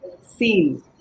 seen